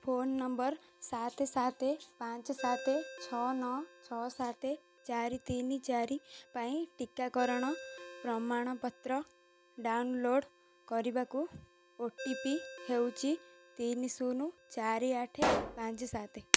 phone number ସାତ ସାତ ପାଞ୍ଚ ସାତ ଛଅ ନଅ ଛଅ ସାତ ଚାରି ତିନି ଚାରି ପାଇଁ ଟିକାକରଣ ପ୍ରମାଣପତ୍ର ଡାଉନଲୋଡ଼୍ କରିବାକୁ ଓ ଟି ପି ହେଉଛି ତିନି ଶୂନ ଚାରି ଆଠ ପାଞ୍ଚ ସାତ